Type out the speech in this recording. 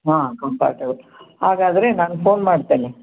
ಹಾಂ ಕಂಫರ್ಟೇಬಲ್ ಹಾಗಾದ್ರೆ ನಾನು ಫೋನ್ ಮಾಡ್ತೇನೆ